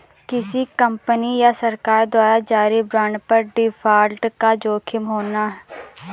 किसी कंपनी या सरकार द्वारा जारी बांड पर डिफ़ॉल्ट का जोखिम होना